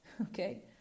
Okay